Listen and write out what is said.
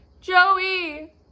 Joey